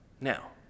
Now